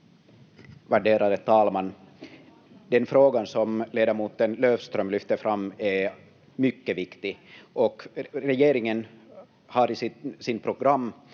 Värderade talman! Den fråga som ledamot Löfström lyfte fram är mycket viktig och regeringen har i sitt program